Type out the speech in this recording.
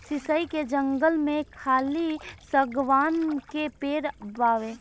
शीशइ के जंगल में खाली शागवान के पेड़ बावे